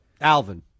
Alvin